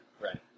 Right